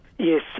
Yes